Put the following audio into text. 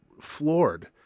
floored